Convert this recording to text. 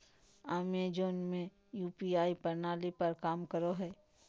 Amazon Pay UPI प्रणाली पर काम करो हय